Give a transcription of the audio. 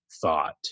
thought